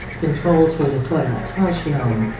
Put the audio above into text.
controls for the toilet are shown.